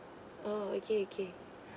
orh okay okay